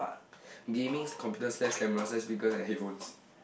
gaming's computer slash camera slash speaker and headphones